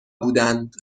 بودند